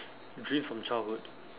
dreams from childhood